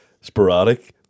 sporadic